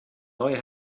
neue